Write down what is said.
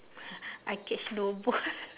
I catch no ball